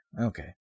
okay